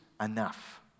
enough